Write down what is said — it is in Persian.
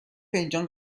فنجان